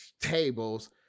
tables